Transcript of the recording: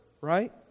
right